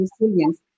resilience